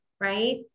right